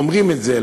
אומרים את זה.